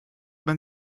man